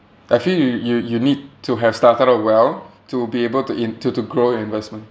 I feel you you you need to have started out well to be able to in to to grow your investment